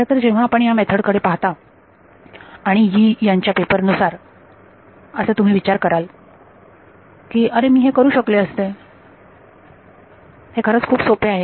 खरतर जेव्हा आपण या मेथड कडे पाहता आणि आणि यी यांच्या पेपर नुसार असे तुम्ही विचार कराल की अरे मी हे करू शकले असते हे खरंच खूप सोपे आहे